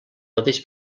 mateix